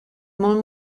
molt